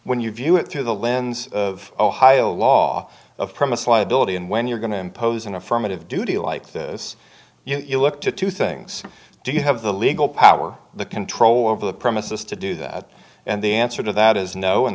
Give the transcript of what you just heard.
when you view it through the lens of ohio law of promise liability and when you're going to impose an affirmative duty like this you look to two things do you have the legal power the control over the premises to do that and the answer to that is no in